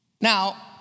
Now